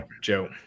Joe